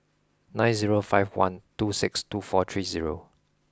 nine zero five one two six two four three zero